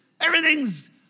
Everything's